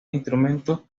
instrumento